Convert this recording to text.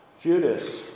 Judas